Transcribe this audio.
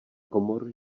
komor